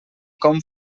com